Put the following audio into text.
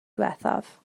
diwethaf